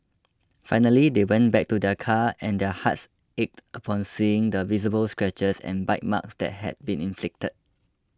finally they went back to their car and their hearts ached upon seeing the visible scratches and bite marks that had been inflicted